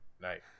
night